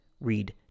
read